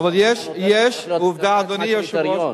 הקריטריון,